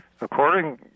According